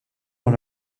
dans